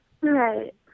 Right